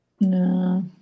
No